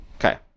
Okay